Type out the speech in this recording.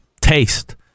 taste